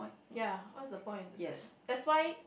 ya what's the point that that's why